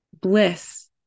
bliss